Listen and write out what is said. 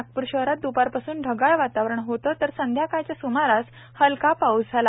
नागपूरशहरातदुपारपासूनढगाळवातावरणहोतंतरसंध्याकाळच्यासुमारासहलकापाऊसझाला